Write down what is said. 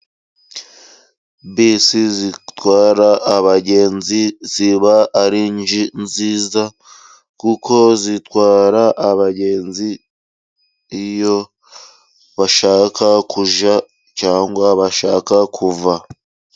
Bisi zitwara abagenzi ziba ari nziza, kuko zitwara abagenzi iyo bashaka kujya cyangwa bashaka kuva.